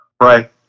Right